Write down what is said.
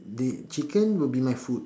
the chicken will be my food